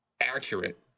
accurate